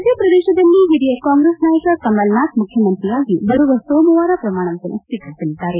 ಮಧ್ಯಪ್ರದೇಶದಲ್ಲಿ ಹಿರಿಯ ಕಾಂಗ್ರೆಸ್ ನಾಯಕ ಕಮಲ್ ನಾಥ್ ಮುಖ್ತಮಂತ್ರಿಯಾಗಿ ಬರುವ ಸೋಮವಾರ ಪ್ರಮಾಣವಚನ ಸ್ತೀಕರಿಸಲಿದ್ದಾರೆ